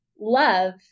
love